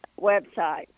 website